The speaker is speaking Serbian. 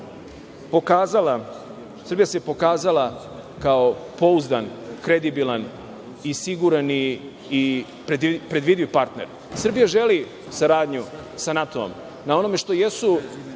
Srbija se pokazala kao pouzdan, kredibilan, siguran i predvidiv partner. Srbija želi saradnju sa NATO-om na onome što jesu